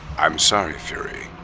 i'm sorry fury,